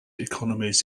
economies